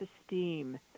esteem